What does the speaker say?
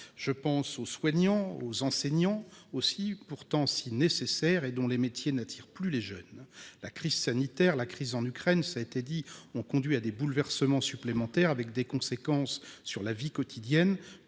Je pense aux soignants et aux enseignants, pourtant si nécessaires, dont les métiers n'attirent plus les jeunes. La crise sanitaire, la guerre en Ukraine ont conduit à des bouleversements supplémentaires qui ont des conséquences directes sur la vie quotidienne